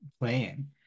playing